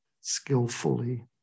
skillfully